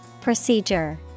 Procedure